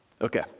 Okay